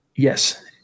Yes